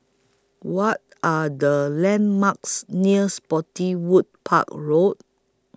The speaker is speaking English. What Are The landmarks near Spottiswoode Park Road